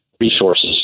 resources